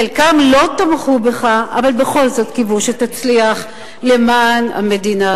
חלקם לא תמכו בך אבל בכל זאת קיוו שתצליח למען המדינה,